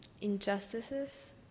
injustices